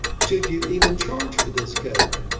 should you even charge for this code?